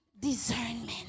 discernment